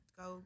go